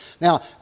now